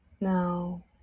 Now